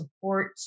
support